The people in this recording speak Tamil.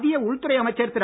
மத்திய உள்துறை அமைச்சர் திரு